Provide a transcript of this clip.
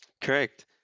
correct